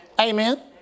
Amen